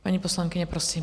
Paní poslankyně, prosím.